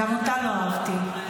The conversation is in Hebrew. גם אותה לא אהבתי.